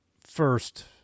First